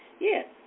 Yes